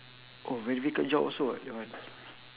oh very difficult job also ah your one